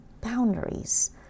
boundaries